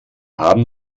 haben